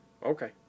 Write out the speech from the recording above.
Okay